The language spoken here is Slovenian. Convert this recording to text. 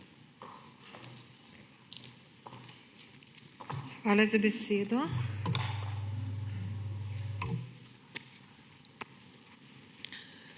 hvala za besedo.